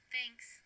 Thanks